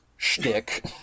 Shtick